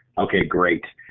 okay, great.